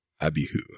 Abihu